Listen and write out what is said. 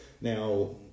Now